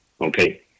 Okay